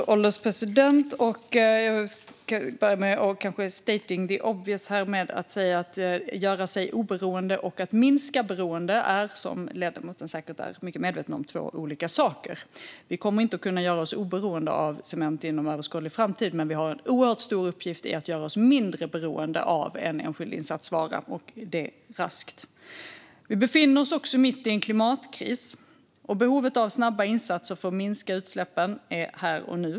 Fru ålderspresident! Jag ska börja med att kanske state the obvious och säga: Att göra sig oberoende och att minska beroende är, som ledamoten säkert är mycket medveten om, två olika saker. Vi kommer inte att kunna göra oss oberoende av cement inom en överskådlig framtid, men vi har en oerhört stor uppgift i att göra oss mindre beroende av en enskild insatsvara, och det raskt. Vi befinner oss mitt i en klimatkris. Behovet av snabba insatser för att minska utsläppen är här och nu.